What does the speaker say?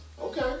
Okay